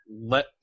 let